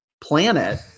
planet